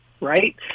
right